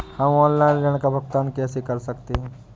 हम ऑनलाइन ऋण का भुगतान कैसे कर सकते हैं?